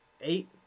eight